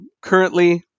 currently